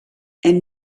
and